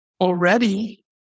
already